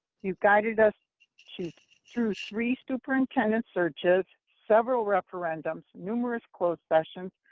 you guided us through three superintendent searches, several referendums, numerous closed sessions,